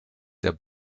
der